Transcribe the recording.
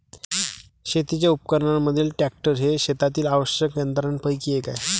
शेतीच्या उपकरणांमधील ट्रॅक्टर हे शेतातील आवश्यक यंत्रांपैकी एक आहे